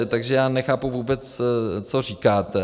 Takže já nechápu vůbec, co říkáte.